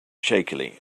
shakily